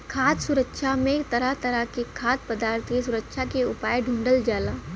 खाद्य सुरक्षा में तरह तरह के खाद्य पदार्थ के सुरक्षा के उपाय ढूढ़ल जाला